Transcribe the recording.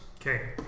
Okay